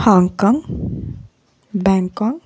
Hong Kong Bangkok